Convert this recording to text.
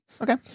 Okay